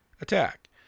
attack